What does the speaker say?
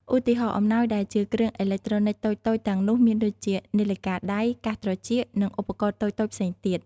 ឧទាហរណ៍ អំណោយដែលជាគ្រឿងអេឡិចត្រូនិចតូចៗទាំងនោះមានដូចជា នាឡិកាដៃ កាសត្រចៀក និងឧបករណ៍តូចៗផ្សេងទៀត។